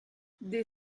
des